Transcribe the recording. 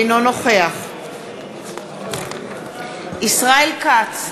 אינו נוכח ישראל כץ,